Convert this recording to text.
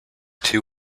two